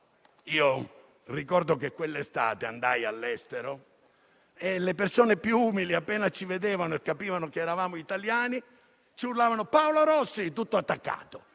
Ricordo che quell'estate mi recai all'estero e le persone più umili appena ci vedevano e capivano che eravamo italiani ci urlavano «PaoloRossi», tutto attaccato.